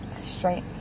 straight